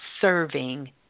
serving